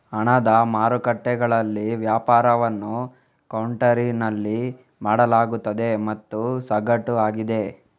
ಹಣದ ಮಾರುಕಟ್ಟೆಗಳಲ್ಲಿ ವ್ಯಾಪಾರವನ್ನು ಕೌಂಟರಿನಲ್ಲಿ ಮಾಡಲಾಗುತ್ತದೆ ಮತ್ತು ಸಗಟು ಆಗಿದೆ